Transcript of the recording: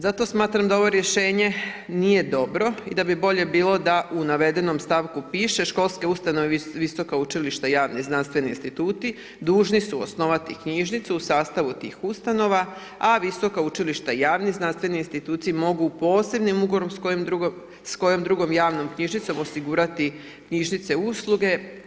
Zato smatram da ovo rješenje nije dobro i da bi bolje bilo da u navedenom stavku piše školske ustanove i visoka učilišta i javni znanstveni instituti dužni su osnovati knjižnicu u sastavu tih ustanova a visoka učilišta i javni znanstveni instituti mogu posebnim ugovorom s kojom drugom javnom knjižnicom osigurati knjižnične usluge.